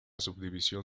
subdivisión